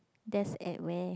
that's at where